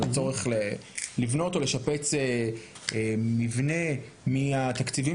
על הצורך לבנות או לשפץ מבנה מהתקציבים